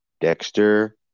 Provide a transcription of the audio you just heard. Dexter